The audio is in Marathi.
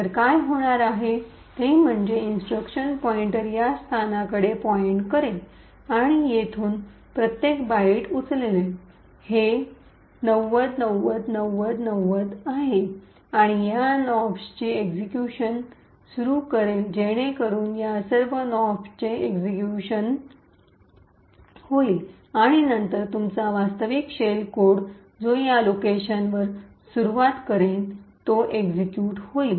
तर काय होणार आहे ते म्हणजे इन्स्ट्रक्शन पॉईंटर या स्थानाकडे पॉईंट करेल आणि येथून प्रत्येक बाइट उचलेल हे 90909090 आहे आणि या नॉप्स चे एक्सिक्यूशन सुरू करेल जेणेकरून या सर्व नॉप्स चे एक्सिक्यूशन होईल आणि नंतर तुमचा वास्तविक शेल कोड जो या लोकेशन वर सुरुवात करेन तो एक्सिक्यूट होईल